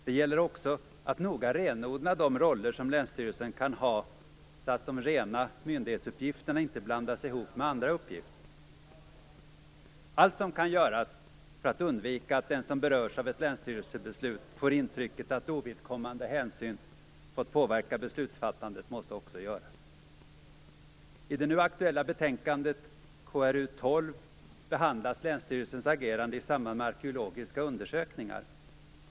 Det gäller också att noga renodla de roller som länsstyrelsen kan ha, så att de rena myndighetsuppgifterna inte blandas ihop med andra uppgifter. Allt som kan göras för att undvika att den som berörs av ett länsstyrelsebeslut får intrycket att ovidkommande hänsyn fått påverka beslutsfattandet måste också göras. I det nu aktuella betänkandet, KrU12, behandlas länsstyrelsens agerande i samband med arkeologiska undersökningar.